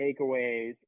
takeaways